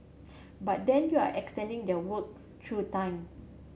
but then you're extending their work through time